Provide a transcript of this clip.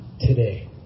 today